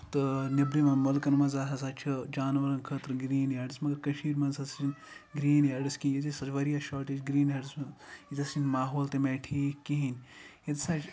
تہٕ نیبرِمن مُلکن منٛز ہسا چھُ جانورن خٲطرٕ گریٖن یاڈس مَگر کٔشیٖر منٛز ہسا چھِ گریٖن یاڈس کِہِنۍ ییٚتہِ ہسا چھِ واریاہ شاٹیج گریٖن یاڈس منٛز ییٚتہِ ہسا چھُنہٕ ماحول تمہِ آیہِ ٹھیٖک کِہینۍ نہٕ ییٚتہِ ہسا چھِ